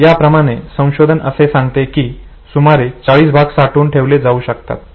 याप्रमाणे संशोधन असे सांगते की सुमारे 40 भाग साठवून ठेवले जाऊ शकतात